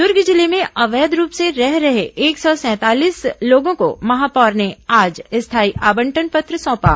दुर्ग जिले में अवैध रूप से रह रहे एक सौ सैंतालीस लोगों को महापौर ने आज स्थायी आवंटन पत्र सौंपा